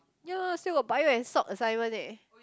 ya lor still got bio and salt assignment eh